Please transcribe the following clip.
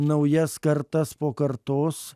naujas kartas po kartos